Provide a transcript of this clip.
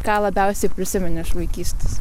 ką labiausiai prisimeni iš vaikystės